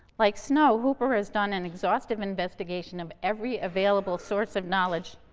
like snow, hooper has done an exhaustive investigation of every available source of knowledge